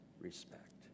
respect